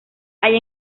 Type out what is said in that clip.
hay